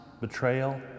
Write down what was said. betrayal